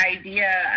idea